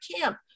camp